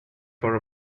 for